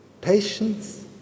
patience